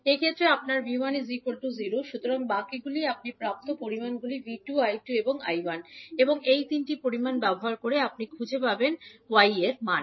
সেক্ষেত্রে আপনার 𝐕1 𝟎 সুতরাং বাকিগুলি আপনি প্রাপ্ত পরিমাণগুলি হল 𝐕2 𝐈2 এবং 𝐈1 এবং এই তিনটি পরিমাণ ব্যবহার করে আপনি খুঁজে পাবেন 𝐲 এর মান